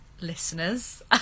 listeners